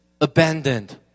abandoned